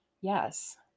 Yes